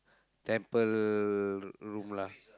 temple room lah